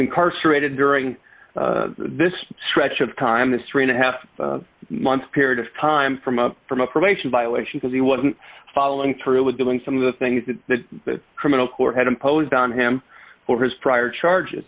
incarcerated during this stretch of time history and a half month period of time from a from a probation violation because he wasn't following through with doing some of the things that the criminal court had imposed on him or his prior charges